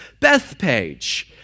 Bethpage